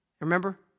Remember